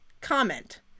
comment